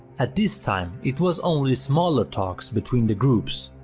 at this time, it was only smaller talks between the groups,